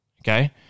okay